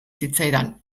zitzaidan